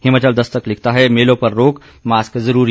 हिमाचल दस्तक लिखता है मेलों पर रोक मास्क जरूरी